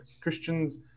Christians